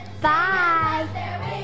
Bye